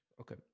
Okay